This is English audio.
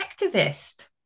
activist